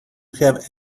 have